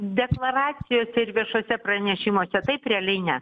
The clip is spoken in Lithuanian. deklaracijose ir viešuose pranešimuose taip realiai ne